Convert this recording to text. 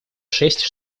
шесть